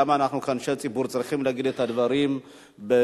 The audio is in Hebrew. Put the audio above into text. גם אנחנו כאנשי ציבור צריכים להגיד את הדברים ביושר,